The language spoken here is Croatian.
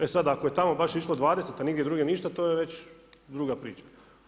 E sad ako je tamo baš išlo 20, a nigdje drugdje ništa to je već druga priča.